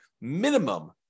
minimum